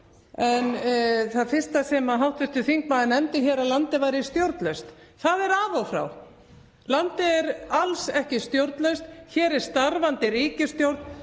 Það fyrsta sem hv. þingmaður nefndi er að landið væri stjórnlaust. Það er af og frá. Landið er alls ekki stjórnlaust, hér er starfandi ríkisstjórn.